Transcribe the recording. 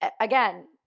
again